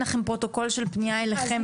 לכם פרוטוקול של פנייה אליכם ספציפית?